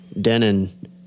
Denon